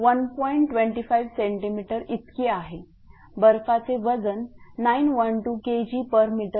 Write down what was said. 25 cm इतकी आहे बर्फाचे वजन 912 Kgm3आहे